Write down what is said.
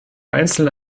einzelne